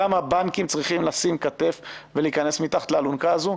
גם הבנקים צריכים לשים כתף ולהיכנס מתחת לאלונקה הזו,